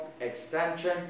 extension